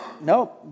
no